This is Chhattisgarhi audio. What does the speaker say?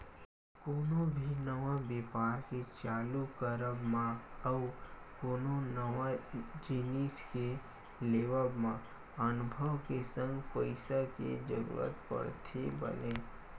कोनो भी नवा बेपार के चालू करब मा अउ कोनो नवा जिनिस के लेवब म अनभव के संग पइसा के जरुरत पड़थे बने